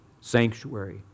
sanctuary